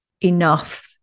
enough